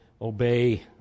obey